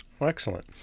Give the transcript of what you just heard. Excellent